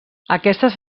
aquestes